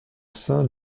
sein